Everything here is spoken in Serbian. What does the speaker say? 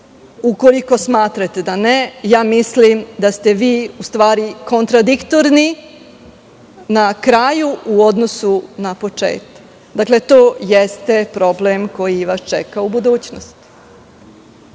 Ukoliko smatrate da ne, mislim da ste vi u stvari kontradiktorni na kraju u odnosu na početak. To jeste problem koji vas čeka u budućnosti.